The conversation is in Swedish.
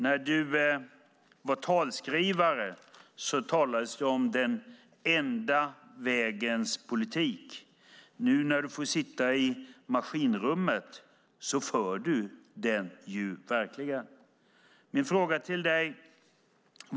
När du var talskrivare talades det om den enda vägens politik. Nu när du får sitta i maskinrummet för du verkligen den politiken.